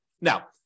Now